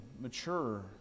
mature